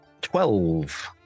Twelve